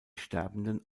sterbenden